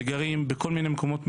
שגרים בכל מיני מקומות מעורבים,